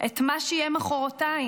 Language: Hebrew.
את מה שיהיה מוחרתיים,